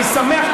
אני שמח.